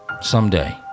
someday